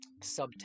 subtext